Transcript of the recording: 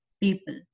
people